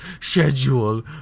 schedule